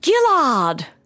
Gillard